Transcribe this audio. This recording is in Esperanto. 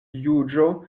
juĝo